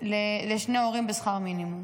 לשני הורים בשכר מינימום.